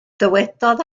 dywedodd